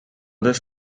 this